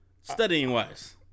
Studying-wise